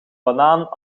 banaan